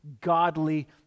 godly